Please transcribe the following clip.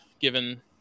given